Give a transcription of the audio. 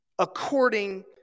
according